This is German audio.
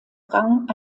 rang